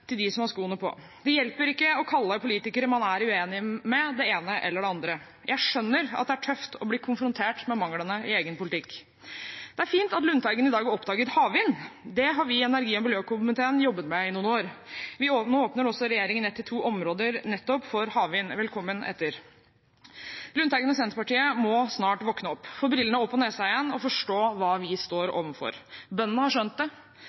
til dem som har skoene på. Det hjelper ikke å kalle politikere man er uenig med, det ene eller det andre. Jeg skjønner at det er tøft å bli konfrontert med manglene i egen politikk. Det er fint at Lundteigen i dag har oppdaget havvind. Det har vi i energi- og miljøkomiteen jobbet med i noen år. Regjeringen åpner nå to områder nettopp for havvind. Velkommen etter! Lundteigen i Senterpartiet må snart våkne opp, få brillene opp på nesen igjen og forstå hva vi står overfor. Bøndene har skjønt det,